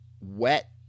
wet